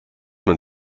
man